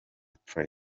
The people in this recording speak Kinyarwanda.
trey